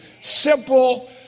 simple